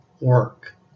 work